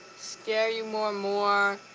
scare you more and more,